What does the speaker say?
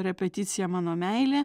repeticija mano meilė